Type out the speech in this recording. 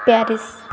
Paris